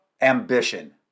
ambition